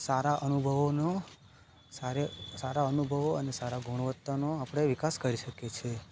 સારા અનુભવોનો સારા અનુભવો અને સારા ગુણવત્તાનો આપણે વિકાસ કરી શકીએ છીએ